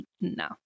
no